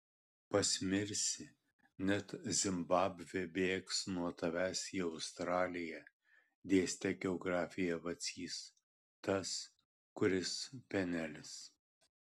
pasmirsi net zimbabvė bėgs nuo tavęs į australiją dėstė geografiją vacys tas kuris penelis